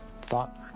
thought